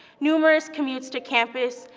numerous commutes to campus,